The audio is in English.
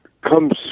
comes